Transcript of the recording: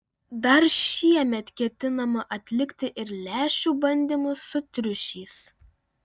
dar šiemet ketinama atlikti ir lęšių bandymus su triušiais